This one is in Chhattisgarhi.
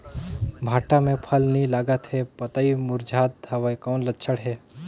भांटा मे फल नी लागत हे पतई मुरझात हवय कौन लक्षण हे?